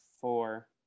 four